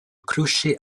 clocher